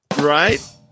right